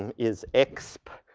and is exp.